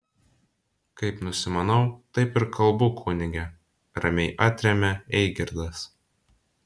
kaip nusimanau taip ir kalbu kunige ramiai atremia eigirdas